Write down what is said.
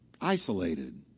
isolated